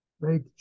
make